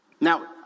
Now